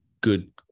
good